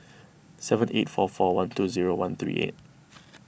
seven eight four four one two zero one three eight